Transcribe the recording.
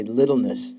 littleness